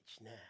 now